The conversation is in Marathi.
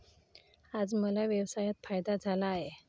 आज मला व्यवसायात फायदा झाला आहे